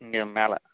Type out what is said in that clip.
இங்கே மேலே